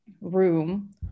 room